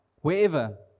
Wherever